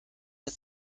der